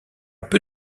peu